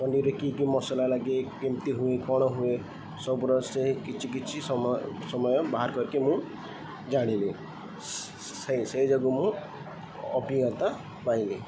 ପନିରରେ କି କି ମସଲା ଲାଗେ କେମିତି ହୁଏ କଣ ହୁଏ ସବୁର ସେ କିଛି କିଛି ସମୟ ସମୟ ବାହାର କରିକି ମୁଁ ଜାଣିଲି ସେ ସେଇ ଯୋଗୁଁ ମୁଁ ଅଭିଜ୍ଞତା ପାଇଲି